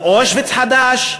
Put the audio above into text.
לא אושוויץ חדש,